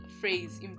Phrase